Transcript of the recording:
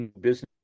business